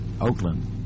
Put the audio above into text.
Oakland